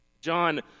John